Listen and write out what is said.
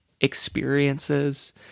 experiences